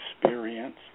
experience